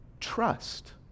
trust